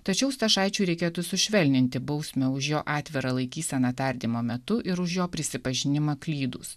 tačiau stašaičiui reikėtų sušvelninti bausmę už jo atvirą laikyseną tardymo metu ir už jo prisipažinimą klydus